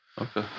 Okay